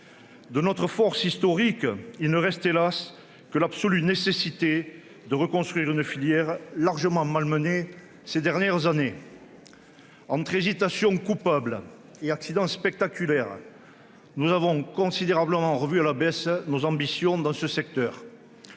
De notre force historique, il ne reste- hélas ! -que l'absolue nécessité de reconstruire une filière largement malmenée ces dernières années. Entre hésitations coupables et accidents spectaculaires, nous avons considérablement revu à la baisse nos ambitions dans ce secteur.